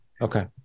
Okay